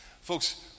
Folks